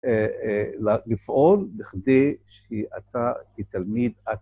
לפעול, בכדי שאתה כתלמיד את...